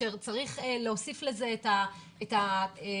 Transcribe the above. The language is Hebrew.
צריך להוסיף לזה את התקציבים.